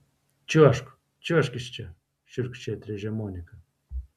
čiuožk čiuožk iš čia šiurkščiai atrėžė monika